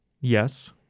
Yes